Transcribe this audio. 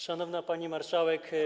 Szanowna Pani Marszałek!